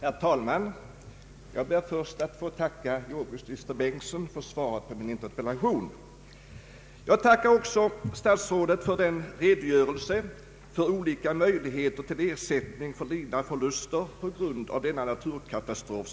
Herr talman! Jag ber först att få tacka jordbruksminister Bengtsson för svaret på min interpellation. Jag tackar också statsrådet för den redogörelse som lämnats angående möjligheter till ersättning för lidna förluster på grund av denna naturkatastrof.